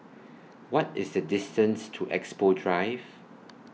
What IS The distance to Expo Drive